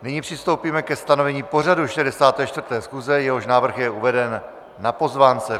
Nyní přistoupíme ke stanovení pořadu 64. schůze, jehož návrh je uveden na pozvánce.